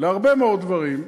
להרבה מאוד דברים,